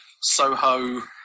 Soho